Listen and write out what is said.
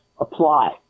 apply